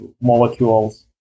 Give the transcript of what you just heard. molecules